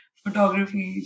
photography